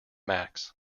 max